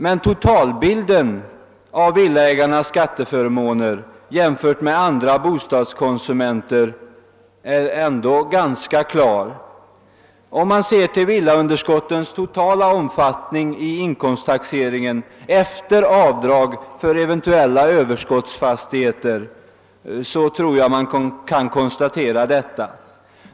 Men totalbilden av villaägarnas skatteförmåner jämfört med andra bostadskonsumenters är ändå ganska klar. Om man ser till villaunderskottens totala omfattning i inkomsttaxeringen efter avdrag för eventuella överskottsfastigheter, tror jag man kan konstatera detta.